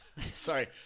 Sorry